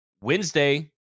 wednesday